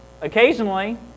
Occasionally